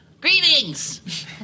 Greetings